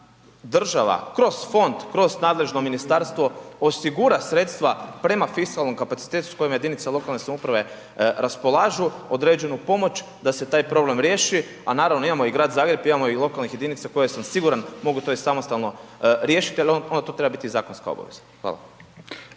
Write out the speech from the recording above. da država kroz fond, kroz nadležno ministarstvo osigura sredstva prema fiskalnom kapacitetu s kojim jedinice lokalne samouprave raspolažu, određenu pomoć da se taj problem riješi, a naravno imamo i Grad Zagreb imamo i lokalnih jedinica koje sam siguran mogu to i samostalno riješiti, ali ono to treba biti zakonska obaveza. Hvala.